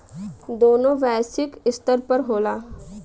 दोनों वैश्विक स्तर पर होला